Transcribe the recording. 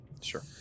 Sure